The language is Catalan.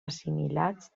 assimilats